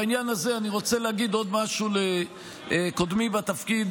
בעניין הזה אני רוצה להגיד עוד משהו לקודמי בתפקיד,